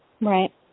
Right